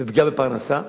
ופגיעה בפרנסה.